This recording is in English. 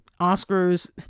oscars